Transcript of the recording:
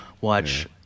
watch